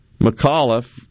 McAuliffe